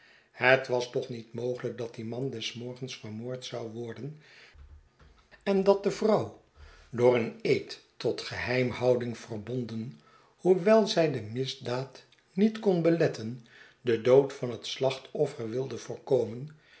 het was toch niet mogelijk dat die man des morgens vermoord zou worden en dat de vrouw door een eed tot geheimhouding verbonden hoewel zij de misdaad niet kon beletten den dood van het slachtoffer wilde voorkomen